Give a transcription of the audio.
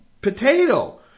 potato